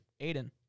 Aiden